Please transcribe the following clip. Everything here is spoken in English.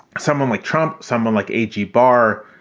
someone like trump, someone like a g. barr,